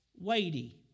weighty